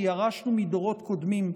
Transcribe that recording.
שירשנו מדורות קודמים,